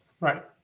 Right